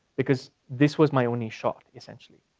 because this was my only shot, essentially.